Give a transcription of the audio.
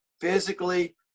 physically